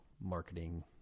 marketing